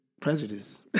prejudice